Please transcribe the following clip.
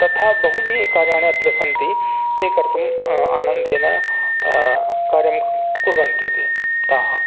तथा बहूनि कार्याणि अत्र सन्ति ते कर्तुम् आनन्देन कार्यं कुर्वन्ति ते ताः